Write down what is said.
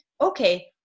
okay